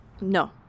No